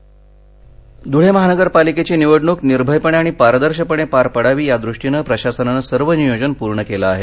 ध्ळे धुळे महानगर पालिकेची निवडणुक निर्भयपणे आणि पारदर्शपणे पार पडावी यादृष्टीनं प्रशासनानं सर्व नियोजन पुर्ण केलं आहे